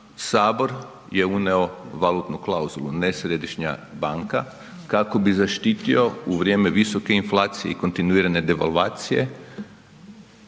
sabor je unio valutnu klauzulu, ne središnja banka, kako bi zaštitio u vrijeme visoke inflacije i kontinuirane devalvacije